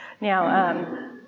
Now